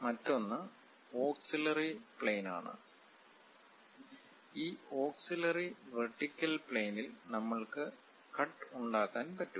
മറ്റൊന്ന് auxiliary plane ആണ് ഈ ഓക്സിലറി വെർടികൽ പ്ലെയനിൽ നമ്മൾക്കു കട്ട് ഉണ്ടാക്കാൻ പറ്റും